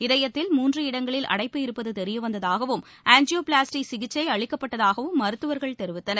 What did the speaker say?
இதயத்தில் மூன்று இடங்களில் அடைப்பு இருப்பது தெரியவந்ததாகவும் ஆஞ்சியோபிளாஸ்டி சிகிச்சை அளிக்கப்பட்டதாகவும் மருத்துவர்கள் தெரிவித்துள்ளனர்